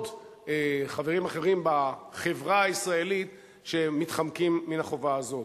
חברים אחרים בחברה הישראלית שמתחמקים מן החובה הזאת.